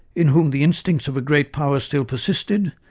in whom the instincts of a great power still persisted,